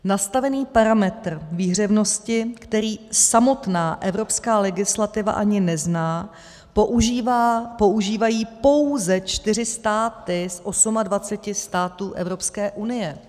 Nastavený parametr výhřevnosti, který samotná evropská legislativa ani nezná, používají pouze čtyři státy z osmadvaceti států Evropské unie.